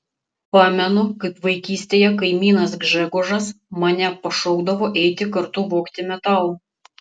pamenu kaip vaikystėje kaimynas gžegožas mane pašaukdavo eiti kartu vogti metalo